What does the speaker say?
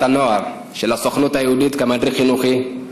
הנוער של הסוכנות היהודית כמדריך חינוכי,